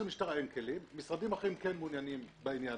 משרדים אחרים כן מעוניינים בעניין